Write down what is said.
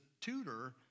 tutor